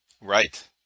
Right